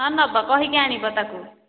ହଁ ନେଵ କହିକି ଆଣିବ ତାକୁ